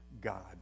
God